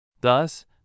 Thus